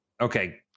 Okay